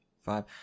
five